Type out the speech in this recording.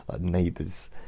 neighbours